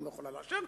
וגם לא יכולה לאשר.